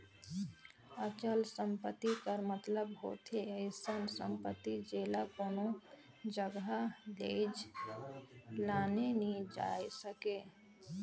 अचल संपत्ति कर मतलब होथे अइसन सम्पति जेला कोनो जगहा लेइजे लाने नी जाए सके